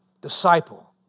disciple